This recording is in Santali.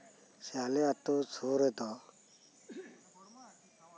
ᱥᱮ ᱟᱞᱮ ᱟᱛᱳ ᱥᱩᱨ ᱨᱮᱫᱚ